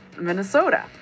Minnesota